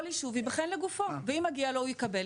כל ישוב ייבחן לגופו ואם מגיע לו הוא יקבל,